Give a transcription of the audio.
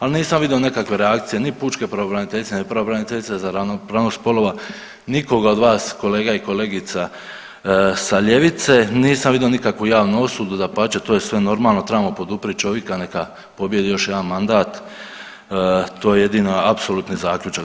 Ali nisam vidio nekakve reakcije ni pučke pravobraniteljice ni pravobraniteljice za ravnopravnost spolova nikoga od vas kolega i kolegica sa ljevice, nisam vidio nikakvu javnu osudu, dapače to je sve normalno trebamo poduprit čovika neka pobjedi još jedan mandat, to je jedini apsolutni zaključak.